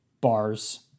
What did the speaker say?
bars